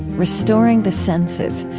restoring the senses.